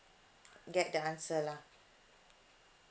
get the answer lah